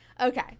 okay